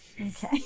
Okay